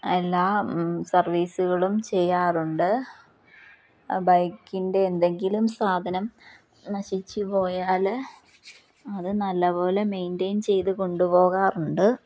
എല്ലാ സർവീസുകളും ചെയ്യാറുണ്ട് ബൈക്കിൻ്റെ എന്തെങ്കിലും സാധനം നശിച്ചു പോയാൽ അത് നല്ലപോലെ മെയിൻറ്ററെയിൻ ചെയ്ത് കൊണ്ടുപോകാറുണ്ട്